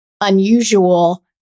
unusual